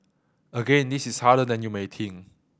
again this is harder than you may think